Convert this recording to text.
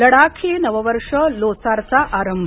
लडाखी नववर्ष लोसारचा आरंभ